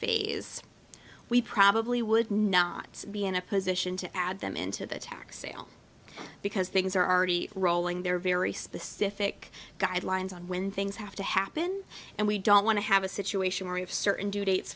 phase we probably would not be in a position to add them into the tax sale because things are already rolling there are very specific guidelines on when things have to happen and we don't want to have a situation where if certain due dates